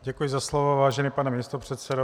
Děkuji za slovo, vážený pane místopředsedo.